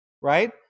right